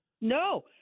no